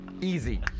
Easy